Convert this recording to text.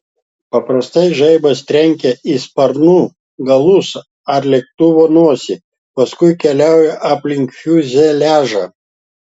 paprastai žaibas trenkia į sparnų galus ar lėktuvo nosį paskui keliauja aplink fiuzeliažą